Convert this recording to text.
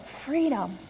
freedom